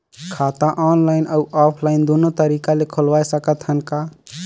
खाता ऑनलाइन अउ ऑफलाइन दुनो तरीका ले खोलवाय सकत हन का?